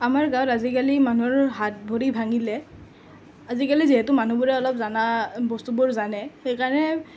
আমাৰ গাঁৱত আজিকালি মানুহৰ হাত ভৰি ভাঙিলে আজিকালি যিহেতু মানুহবোৰে অলপ জনা বস্তুবোৰ জানে সেইকাৰণে